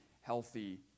healthy